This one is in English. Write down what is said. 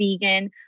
vegan